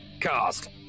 cast